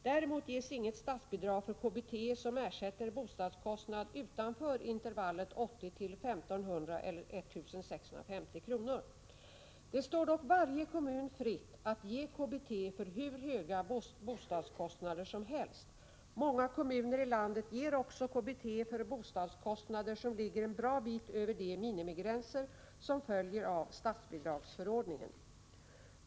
Däremot ges inget statsbidrag för KBT som ersätter bostadskostnad utanför intervallet 80 till 1 500 eller 1650 kr. Det står dock varje kommun fritt att ge KBT för hur höga bostadskostnader som helst. Många kommuner i landet ger också KBT för bostadskostnader som ligger en bra bit över de minimigränser som följer av statsbidragsförordningen.